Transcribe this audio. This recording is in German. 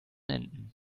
enten